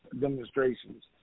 demonstrations